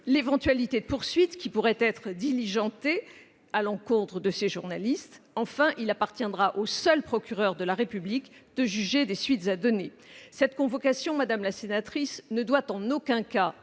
l'éventualité de poursuites qui pourraient être diligentées à l'encontre de ces journalistes. Enfin, il appartiendra au seul procureur de la République de juger des suites à donner. Cette convocation, madame la sénatrice, ne doit en aucun cas